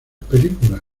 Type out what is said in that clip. películas